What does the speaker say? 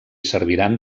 serviran